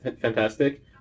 fantastic